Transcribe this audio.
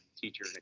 teacher